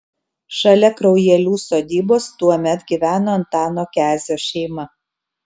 šalia kraujelių sodybos tuomet gyveno antano kezio šeima